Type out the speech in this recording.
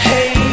Hey